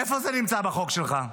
איפה זה נמצא בחוק שלך?